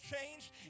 changed